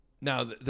now